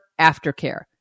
aftercare